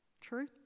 True